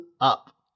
up